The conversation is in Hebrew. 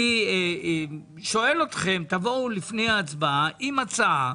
אני מבקש מכם שתבואו לפני ההצבעה עם הצעה,